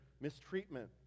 mistreatment